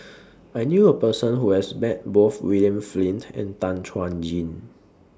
I knew A Person Who has Met Both William Flint and Tan Chuan Jin